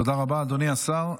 תודה רבה, אדוני השר.